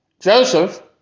Joseph